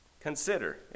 Consider